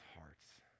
hearts